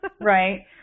Right